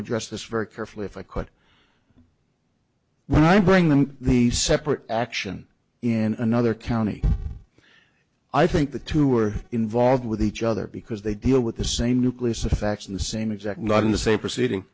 address this very carefully if i quit when i bring them the separate action in another county i think the two are involved with each other because they deal with the same nucleus of facts in the same exact not in the same proceeding